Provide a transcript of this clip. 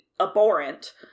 abhorrent